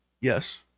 Yes